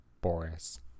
boris